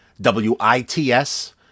W-I-T-S